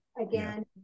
Again